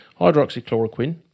hydroxychloroquine